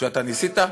שאתה ניסית,